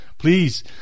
Please